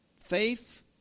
Faith